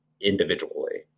individually